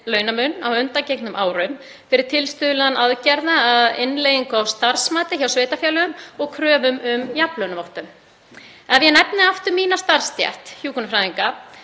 launamun á undangengnum árum fyrir tilstuðlan aðgerða, innleiðingar á starfsmati hjá sveitarfélögum og kröfu um jafnlaunavottun. Ef ég nefni aftur mína starfsstétt, hjúkrunarfræðinga,